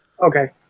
Okay